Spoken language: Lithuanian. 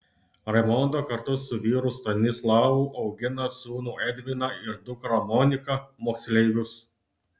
raimonda kartu su vyru stanislavu augina sūnų edviną ir dukrą moniką moksleivius